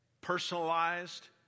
personalized